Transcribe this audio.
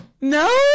No